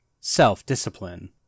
self-discipline